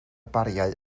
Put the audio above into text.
bariau